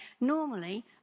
normally